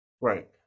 Right